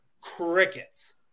crickets